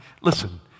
listen